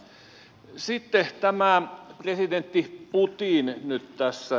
sitten tästä presidentti putinista nyt tässä